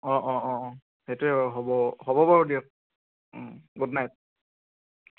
অঁ অঁ অঁ অঁ সেইটোৱে হ'ব হ'ব বাৰু দিয়ক গুড নাইট